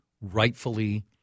rightfully